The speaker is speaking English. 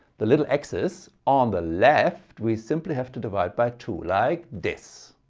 the little x's on the left, we simply have to divide by two. like this.